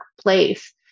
place